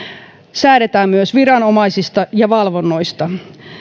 säädetään myös viranomaisista ja valvonnoista